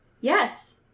Yes